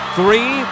three